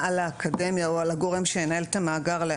על האקדמיה או על הגורם שינהל את המאגר,